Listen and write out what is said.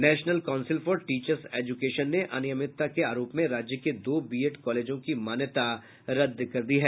नेशलन council for teachers education ने अनियमितता के आरोप में राज्य के दो बीएड कॉलेजों की मान्यता रद्द कर दी है